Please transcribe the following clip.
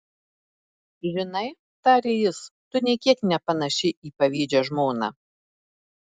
žinai tarė jis tu nė kiek nepanaši į pavydžią žmoną